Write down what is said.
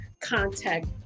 contact